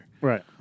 Right